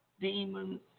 demons